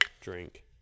drink